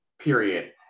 Period